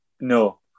No